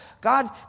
God